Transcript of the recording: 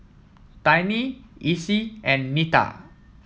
Tiny Essie and Nita